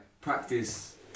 practice